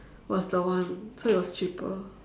was the one so it was cheaper